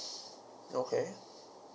okay